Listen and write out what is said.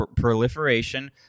proliferation